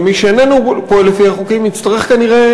ומי שאיננו פועל לפי החוקים יצטרך כנראה,